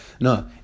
No